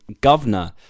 governor